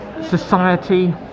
society